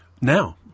Now